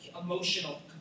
emotional